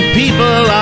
people